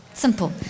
simple